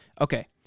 okay